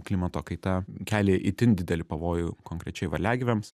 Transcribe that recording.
klimato kaita kelia itin didelį pavojų konkrečiai varliagyviams